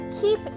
Keep